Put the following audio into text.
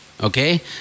Okay